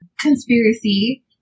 conspiracy